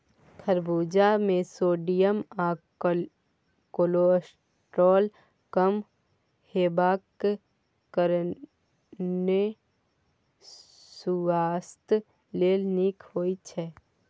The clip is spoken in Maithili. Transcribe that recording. खरबुज मे सोडियम आ कोलेस्ट्रॉल कम हेबाक कारणेँ सुआस्थ लेल नीक होइ छै